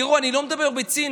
תראו, אני לא מדבר בציניות.